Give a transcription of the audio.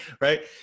right